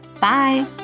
Bye